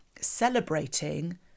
celebrating